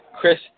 Chris